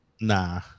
Nah